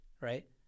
right